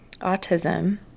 autism